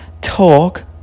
talk